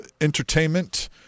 entertainment